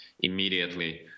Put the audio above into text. immediately